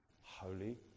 Holy